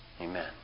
Amen